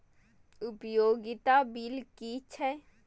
उपयोगिता बिल कि छै?